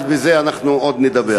אבל בזה אנחנו עוד נדבר.